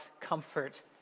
comfort